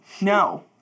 No